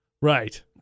Right